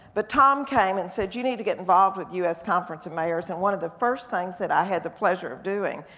but tom came and said, you need to get involved with u s. conference of mayors, and one of the first things that i had the pleasure of doing,